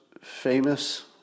famous